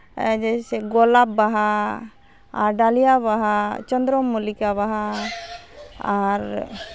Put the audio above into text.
ᱡᱮᱭ ᱥᱮ ᱜᱳᱞᱟᱯ ᱵᱟᱦᱟ ᱰᱟᱞᱤᱭᱟ ᱵᱟᱦᱟ ᱪᱚᱸᱫᱽᱨᱚ ᱢᱚᱞᱞᱤᱠᱟ ᱵᱟᱦᱟ ᱟᱨ